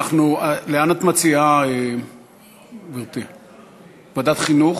לאן את מציעה, גברתי, ועדת חינוך?